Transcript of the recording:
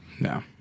no